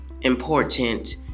important